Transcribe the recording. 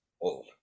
old